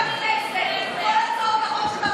בוועדת חוקה